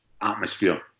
atmosphere